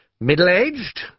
middle-aged